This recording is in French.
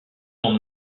son